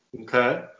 Okay